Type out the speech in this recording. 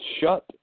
shut